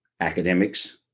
academics